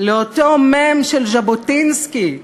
לאותו מ"ם של ז'בוטינסקי: